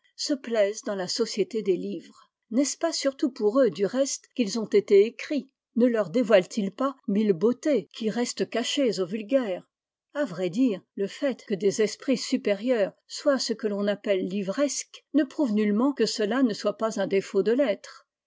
se plaisent dans la société des livres n'estce pas surtout pour eux du reste qu'ils ont été écrits ne leur dévoilent ils pas mille beautés qui restent cachées au vulgaire a vrai dire le fait que des esprits supérieurs soient ce que l'on appelle livresques ne prouve nullement que cela ne soit pas un défaut de l'être